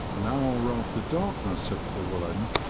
an hour after darkness had fallen,